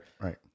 right